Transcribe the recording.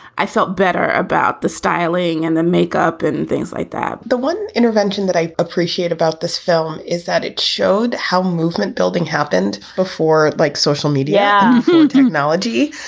i felt better about the styling and the makeup and things like that the one intervention that i appreciate about this film is that it showed how a movement building happened before, like social media technology.